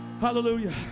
Hallelujah